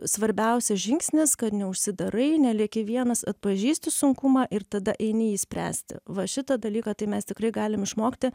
svarbiausias žingsnis kad neužsidarai nelieki vienas atpažįsti sunkumą ir tada eini jį spręsti va šitą dalyką tai mes tikrai galim išmokti